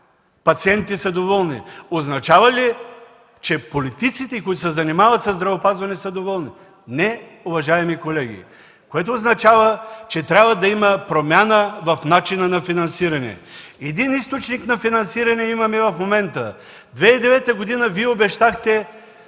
пациентите, са доволни? Означава ли, че политиците, които се занимават със здравеопазване, са доволни? Не, уважаеми колеги. Което означава, че трябва да има промяна в начина на финансиране. Един източник на финансиране имаме в момента! През 2009 г. Вие обещахте